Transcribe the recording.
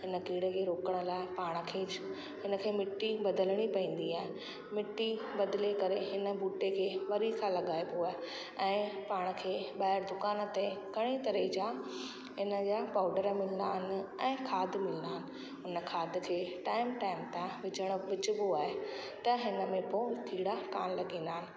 हिन कीड़े खे रोकण लाइ पाण खे हिन खे मिटी बदिलणी पवंदी आहे मिटी बदिले करे हिन ॿूटे खे वरी खां लॻाए पोइ ऐं पाण खे ॿाहिरि दुकान ते घणेई तरह जा इन जा पाउडर मिलंदा आहिनि ऐं खाद मिलंदा आहिनि इन खाद जे टाइम टाइम ते विझणु विझिबो आहे त हिन में पोइ कीड़ा कान लॻंदा आहिनि